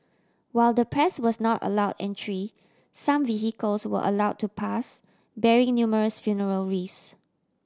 while the press was not allowed entry some vehicles were allowed to pass bearing numerous funeral wreath